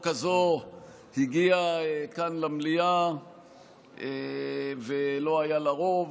הזו הגיעה כאן למליאה ולא היה לה רוב,